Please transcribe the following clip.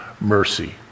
mercy